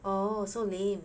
oh so lame